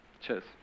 Cheers